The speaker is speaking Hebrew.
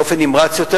באופן נמרץ יותר,